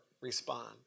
respond